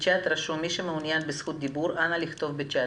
בצ'ט רשום: "מי שמעוניין בזכות דיבור אנא לכתוב בצ'ט".